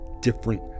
different